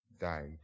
died